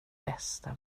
bästa